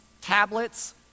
tablets